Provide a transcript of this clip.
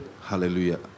Hallelujah